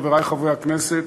חברי חברי הכנסת,